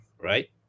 right